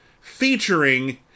featuring